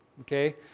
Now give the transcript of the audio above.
Okay